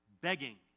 begging